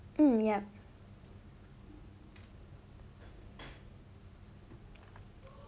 mm yup